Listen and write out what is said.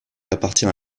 appartient